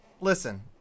listen